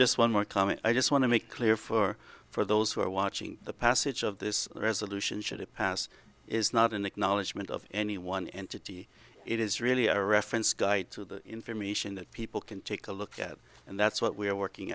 just one more comment i just want to make clear for for those who are watching the passage of this resolution should it pass is not an acknowledgment of any one entity it is really a reference guide to the information that people can take a look at and that's what we're working